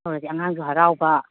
ꯑꯗꯨ ꯑꯣꯏꯔꯗꯤ ꯑꯉꯥꯡꯁꯨ ꯍꯔꯥꯎꯕ